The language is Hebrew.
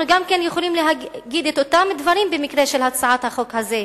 אנחנו גם כן יכולים להגיד את אותם דברים במקרה של הצעת החוק הזאת,